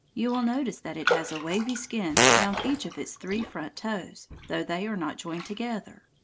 you will notice that it has a wavy skin round each of its three front toes, though they are not joined together.